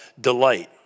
delight